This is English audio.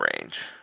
range